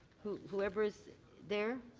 whoever is there.